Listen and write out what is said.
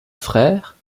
frère